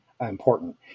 important